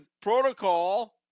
protocol